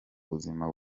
buzima